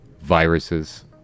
viruses